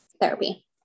therapy